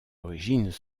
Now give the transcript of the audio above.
origines